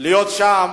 להיות שם